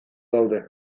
daude